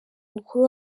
mukuru